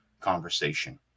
conversation